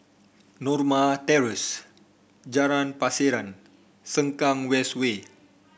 Norma Terrace Jalan Pasiran Sengkang West Way